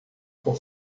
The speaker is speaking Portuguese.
por